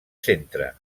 centre